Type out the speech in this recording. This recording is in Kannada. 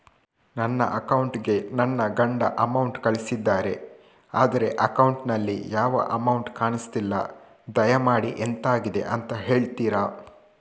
ನನ್ನ ಅಕೌಂಟ್ ಗೆ ನನ್ನ ಗಂಡ ಅಮೌಂಟ್ ಕಳ್ಸಿದ್ದಾರೆ ಆದ್ರೆ ಅಕೌಂಟ್ ನಲ್ಲಿ ಯಾವ ಅಮೌಂಟ್ ಕಾಣಿಸ್ತಿಲ್ಲ ದಯಮಾಡಿ ಎಂತಾಗಿದೆ ಅಂತ ಹೇಳ್ತೀರಾ?